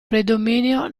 predominio